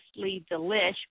delish